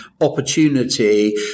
opportunity